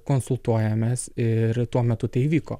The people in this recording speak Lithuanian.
konsultuojamės ir tuo metu tai įvyko